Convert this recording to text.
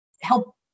help